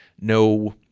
no